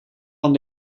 van